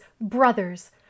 brothers